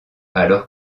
alors